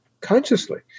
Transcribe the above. consciously